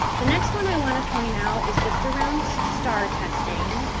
the next one i want to point out is just around staar testing,